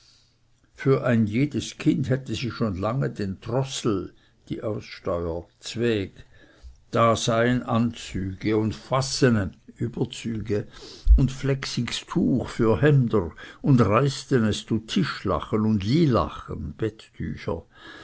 für ein jedes kind hätte sie schon lange den drossel zweg da seien anzüge und fassene und flächsiges tuch für hemder und reistenes zu tischlachen und lylachen